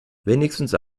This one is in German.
wenigstens